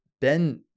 Ben